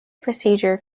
procedure